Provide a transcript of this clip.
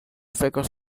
figures